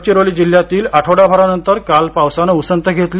गडचिरोली जिल्ह्यातही आठवडाभरानंतर काल पावसाने उसंत घेतली